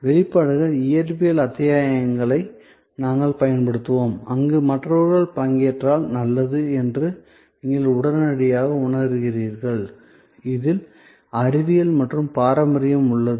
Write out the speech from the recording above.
வெளிப்பாடுகள் இயற்பியல் அத்தியாயங்களை நாங்கள் பயன்படுத்துவோம் அங்கு மற்றவர்கள் பங்கேற்றால் நல்லது என்று நீங்கள் உடனடியாக உணர்கிறீர்கள் இதில் அறிவியல் மற்றும் பாரம்பரியம் உள்ளது